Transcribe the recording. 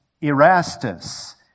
Erastus